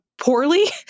poorly